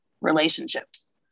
relationships